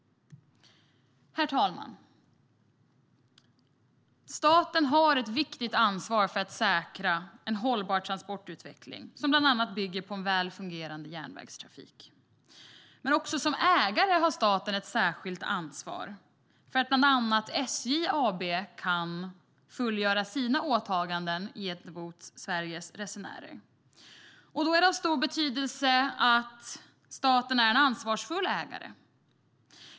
Herr talman! Staten har ett viktigt ansvar för att säkra en hållbar transportutveckling som bland annat bygger på en väl fungerande järnvägstrafik. Också som ägare har staten ett särskilt ansvar för att bland annat SJ AB ska kunna fullgöra sina åtaganden gentemot Sveriges resenärer. Det är då av stor betydelse att staten är en ansvarsfull ägare.